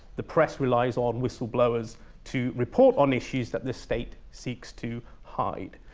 the press relies on whistleblowers to report on issues that the state seeks to hide.